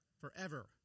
Forever